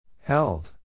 Held